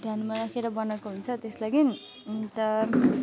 ध्यानमा राखेर बनाएको हुन्छ त्यस लागि अन्त